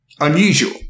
unusual